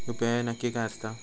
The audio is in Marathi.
यू.पी.आय नक्की काय आसता?